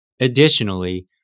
Additionally